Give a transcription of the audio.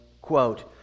Quote